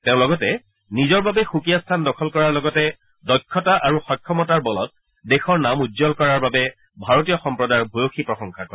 তেওঁ লগতে নিজৰ সুকীয়া স্থান দখল কৰাৰ লগতে দক্ষতা আৰু সক্ষমতাৰ বলত দেশৰ নাম উজ্বল কৰাৰ বাবে ভাৰতীয় সম্প্ৰদায়ৰ ভূয়সী প্ৰশংসা কৰে